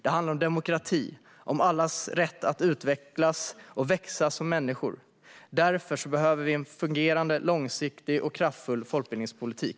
Det handlar om demokrati och om allas rätt att utvecklas och växa som människor. Därför behöver vi en fungerande, långsiktig och kraftfull folkbildningspolitik.